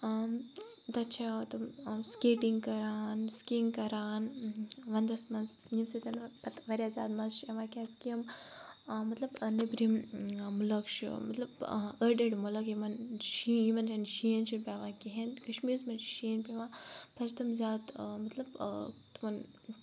تَتہِ چھِ تِم سکیٹِنٛگ کَران سِکِنٛگ کَران وَندَس مَنٛز ییٚمہِ سۭتۍ پَتہٕ واریاہ زیاد مَزٕ چھُ یِوان کیازکہِ یِم مَطلَب نیٚبرِم ملک چھِ مَطلَب أڑۍ أڑۍ مُلک یِمَن شیٖن یِمَن چھُنہٕ شیٖن چھُ پیٚوان کہیٖنۍ کَشمیٖرَس مَنٛز چھُ شیٖن پیٚوان پَتہٕ چھِ تِم زیاد مَطلَب تِمَن